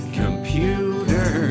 computer